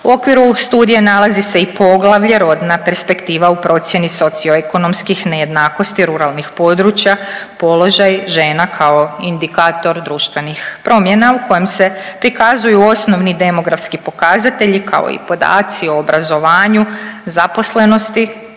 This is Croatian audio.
U okviru ovog studija nalazi se i poglavlje rodna perspektiva u procjeni socioekonomskih nejednakosti ruralnih područja, položaj žena kao indikator društvenih promjena u kojem se prikazuju osnovni demografski pokazatelji kao i podaci o obrazovanju, zaposlenosti